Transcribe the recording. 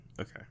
okay